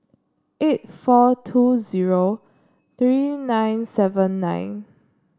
eight four two zero three nine seven nine